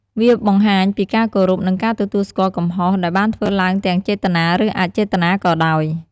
វាបង្ហាញពីការគោរព និងការទទួលស្គាល់កំហុស ដែលបានធ្វើឡើងទាំងចេតនា ឬ អចេតនាក៏ដោយ។